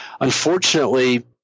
unfortunately